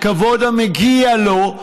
כבוד המגיע לו.